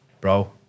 bro